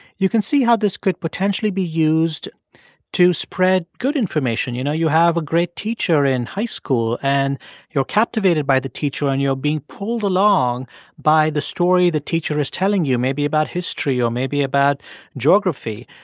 you can see how this could potentially be used to spread good information. you know, you have a great teacher in high school and you're captivated by the teacher and you're being pulled along by the story the teacher is telling you, maybe about history or maybe about geography.